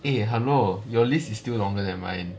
eh hello your list is still longer than mine eh